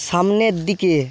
সামনের দিকে